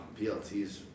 BLTs